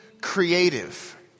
creative